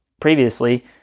previously